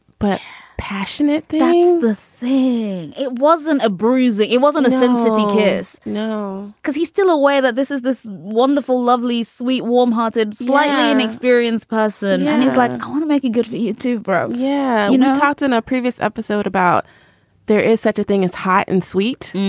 but passionate the thing. it wasn't a bruise that it wasn't a sensitive kiss. no, because he's still away. but this is this wonderful, lovely, sweet, warmhearted, slightly inexperienced person. and he's like, i want to make you good for you too, bro yeah. you know, taught in a previous episode about there is such a thing as hot and sweet.